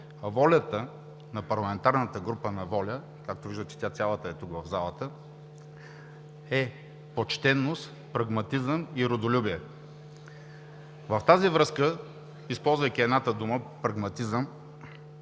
Волята на Парламентарната група „Воля“ – както виждате, цялата е тук, в залата, е почтеност, прагматизъм и родолюбие. В тази връзка, използвайки едната дума – прагматизъм,